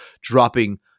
dropping